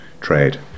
trade